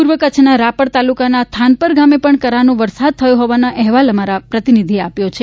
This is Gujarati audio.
પૂર્વ કચ્છના રાપર તાલુકાના થાનપર ગામે પણ કરાનો વરસાદ થયો હોવાનો અહેવાલ અમારા પ્રતિનિધિએ આપ્યો છે